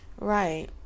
Right